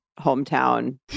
hometown